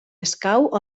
escau